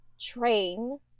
train